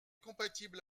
compatible